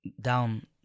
down